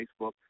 Facebook